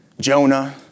Jonah